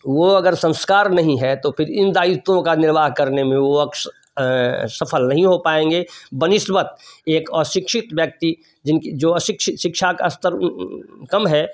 वह अगर संस्कार नहीं है तो फिर इन दायित्वों का निर्वाह करने में वह अक्सर सफल नहीं हो पाएंगे बनिश्वत एक अशिक्षित व्यक्ति जिनकी जो अशिक्षि शिक्षा का स्तर कम है